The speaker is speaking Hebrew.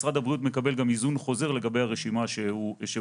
משרד הבריאות מקבל גם היזון חוזר לגבי הרשימה שהועברה.